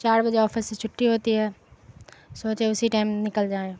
چار بجے آفس سے چھٹی ہوتی ہے سوچے اسی ٹائم نکل جائیں